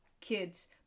kids